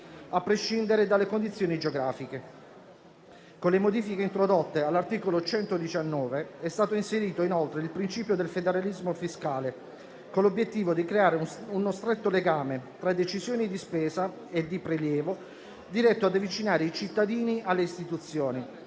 a prescindere dalle condizioni geografiche. Con le modifiche introdotte all'articolo 119 è stato inserito inoltre il principio del federalismo fiscale con l'obiettivo di creare uno stretto legame tra decisioni di spesa e di prelievo, diretto ad avvicinare i cittadini alle istituzioni,